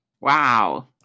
Wow